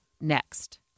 next